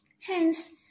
Hence